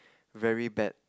very bad